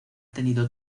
tenido